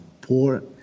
poor